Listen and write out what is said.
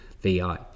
VI